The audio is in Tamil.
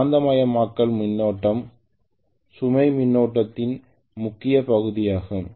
காந்தமயமாக்கல் மின்னோட்டம் சுமை மின்னோட்டத்தின் முக்கிய பகுதியாகும்